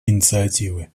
инициативы